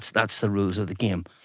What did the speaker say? that's the rules of the game.